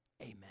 Amen